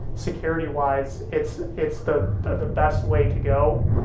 security-wise, it's it's the the best way to go.